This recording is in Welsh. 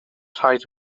rhaid